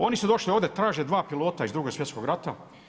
Oni su došli ovdje, traže dva pilota iz Drugog svjetskog rata.